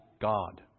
God